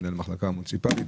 מנהל המחלקה המוניציפלית.